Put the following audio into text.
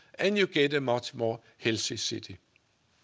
and you get a much more healthy city.